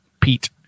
Pete